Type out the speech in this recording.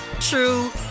true